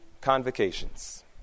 convocations